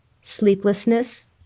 sleeplessness